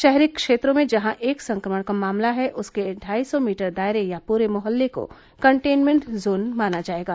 शहरी क्षेत्रों में जहां एक संक्रमण का मामला है उसके ढाई सौ मीटर दायरे या पूरे मुहल्ले को कंटेनमेन्ट जोन माना जाएगा